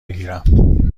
بگیرم